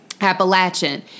Appalachian